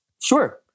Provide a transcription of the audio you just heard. Sure